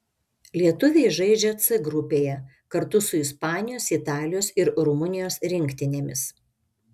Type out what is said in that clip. lietuviai žaidžia c grupėje kartu su ispanijos italijos ir rumunijos rinktinėmis